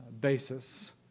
basis